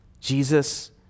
Jesus